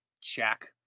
check